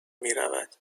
میرود